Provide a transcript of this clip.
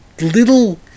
little